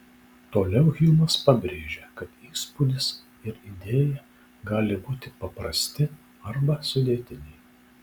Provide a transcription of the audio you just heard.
toliau hjumas pabrėžia kad įspūdis ir idėja gali būti paprasti arba sudėtiniai